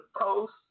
post